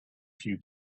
few